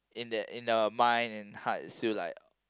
in the mind and heart its still like